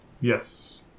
Yes